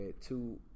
two